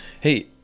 hey